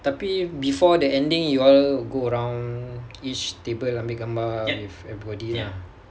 tapi before the ending you all go around each table ambil gambar with everybody ah